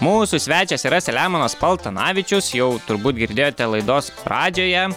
mūsų svečias yra selemonas paltanavičius jau turbūt girdėjote laidos pradžioje